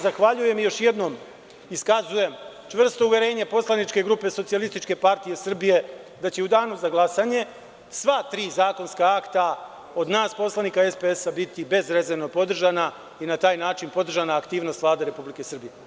Zahvaljujem se još jednom i iskazujem čvrsto uverenje poslaničke grupe SPS da će u Danu za glasanje sva tri zakonska akta od nas poslanika SPS-a biti bezrezervno podržana i na taj način podržana aktivnost Vlade Republike Srbije.